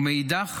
ומאידך